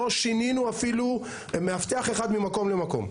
לא שינינו אפילו מאבטח אחד ממקום למקום.